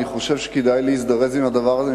אני חושב שכדאי להזדרז עם הדבר הזה,